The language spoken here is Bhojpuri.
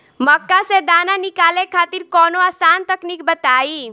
मक्का से दाना निकाले खातिर कवनो आसान तकनीक बताईं?